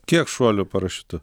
kiek šuolių parašiutu